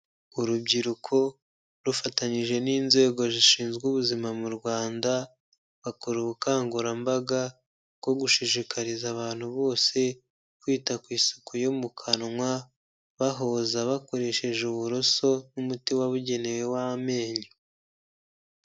Urubyiruko rufatanyije n'inzego zishinzwe ubuzima mu Rwanda, bakora ubukangurambaga bwo gushishikariza abantu bose kwita ku isuku yo mu kanwa, bahoza bakoresheje uburoso, n'umuti wabugenewe w'amenyo.